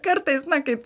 kartais na kaip